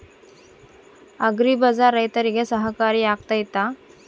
Agri ಬಜಾರ್ ರೈತರಿಗೆ ಸಹಕಾರಿ ಆಗ್ತೈತಾ?